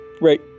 right